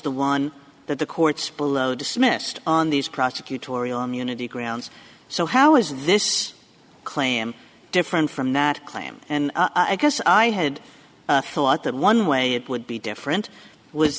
the one that the courts below dismissed on these prosecutorial immunity grounds so how is this claim different from that claim and i guess i had thought that one way it would be different was